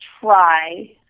try